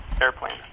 airplane